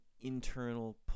internal